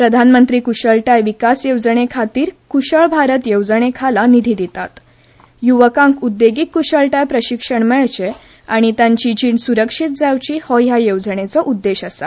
प्रधानमंत्री कुशळताय विकास येवजणेखातीर कुशळ भारत येवजणेखाला निधी दितात युवकांक उद्देगीक कुशळताय प्रशिक्षण मेळचे आनी तांची जीण स्रक्षित जावची हो हया येवजणेचो उद्देश आसा